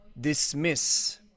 dismiss